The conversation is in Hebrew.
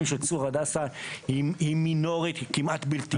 צור הדסה הוא מינורי וכמעט בלתי אפשרי.